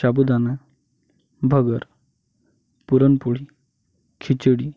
शाबुदाना भगर पुरणपोळी खिचडी